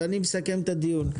אני מסכם את הדיון.